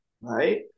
Right